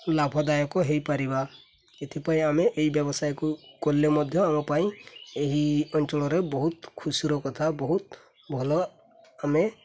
ଲାଭଦାୟକ ହେଇପାରିବା ଏଥିପାଇଁ ଆମେ ଏଇ ବ୍ୟବସାୟକୁ କଲେ ମଧ୍ୟ ଆମ ପାଇଁ ଏହି ଅଞ୍ଚଳରେ ବହୁତ ଖୁସିର କଥା ବହୁତ ଭଲ ଆମେ